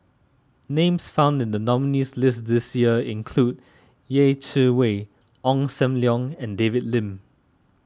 names found in the nominees' list this year include Yeh Chi Wei Ong Sam Leong and David Lim